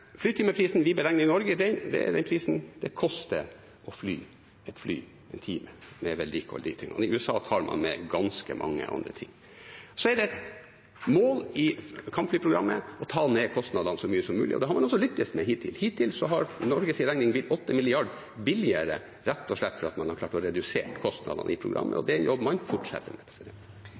flytimeprisen vi beregner i Norge, er det det koster å fly et fly en time, med vedlikehold og de tingene. I USA tar man med ganske mange andre ting. Det er et mål i kampflyprogrammet å ta ned kostnadene så mye som mulig, og det har man også lyktes med hittil. Hittil har Norges regning blitt 8 mrd. kr billigere, rett og slett fordi man har klart å redusere kostnadene i programmet, og det er en jobb man fortsetter med.